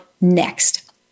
next